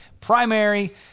primary